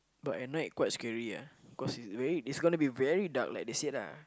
but at night quite scary ah cause it's very it's gonna be very dark like they said lah